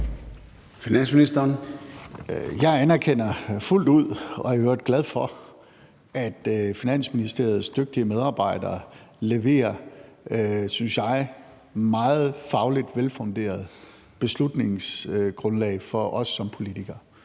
Jeg anerkender fuldt ud og er i øvrigt glad for, at Finansministeriets dygtige medarbejdere leverer, synes jeg, et meget fagligt velfunderet beslutningsgrundlag for os som politikere.